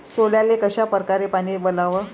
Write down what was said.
सोल्याले कशा परकारे पानी वलाव?